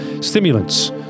Stimulants